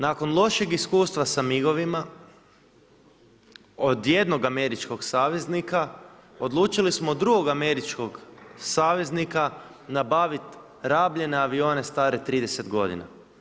Nakon lošeg iskustva sa MIG-ovim od jednog američkog saveznika, odlučili smo od drugog američkog saveznika nabaviti rabljene avione stare 30 godina.